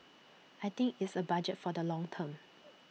I think it's A budget for the long term